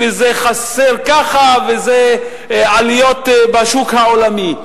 זה חסר ככה וזה עליות בשוק העולמי,